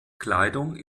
kleidung